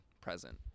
present